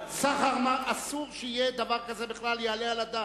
סחר, אסור שיהיה דבר כזה בכלל, לא יעלה על הדעת.